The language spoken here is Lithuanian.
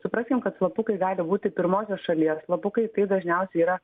supraskim kad lapukai gali būti pirmosios šalies slapukai tai dažniausiai yra